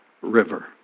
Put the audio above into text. river